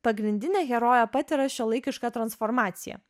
pagrindinė herojė patiria šiuolaikišką transformaciją